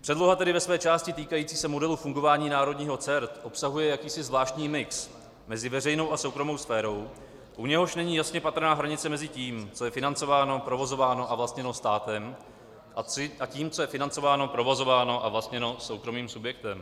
Předloha tedy ve své části týkající se modelu fungování národního CERT obsahuje jakýsi zvláštní mix mezi veřejnou a soukromou sférou, u něhož není jasně patrná hranice mezi tím, co je financováno, provozováno a vlastněno státem, a tím, co je financováno, provozováno a vlastněno soukromým subjektem.